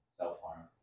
self-harm